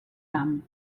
ram